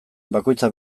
bakoitza